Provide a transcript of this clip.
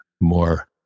more